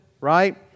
Right